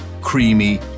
creamy